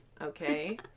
okay